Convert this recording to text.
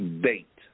Date